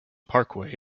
parkway